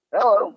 Hello